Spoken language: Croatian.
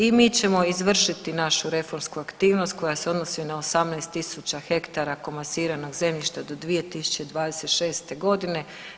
I mi ćemo izvršiti našu reformsku aktivnost koja se odnosi na 18 tisuća hektara komasiranog zemljišta do 2026. godine.